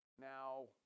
now